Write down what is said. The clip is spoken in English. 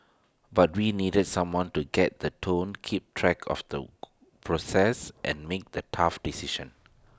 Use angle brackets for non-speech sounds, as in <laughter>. but we needed someone to get the tone keep track of the <noise> progress and make the tough decisions